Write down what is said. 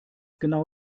genau